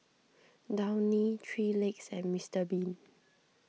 Downy three Legs and Mister Bean